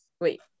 wait